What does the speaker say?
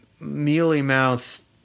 mealy-mouth